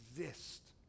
exist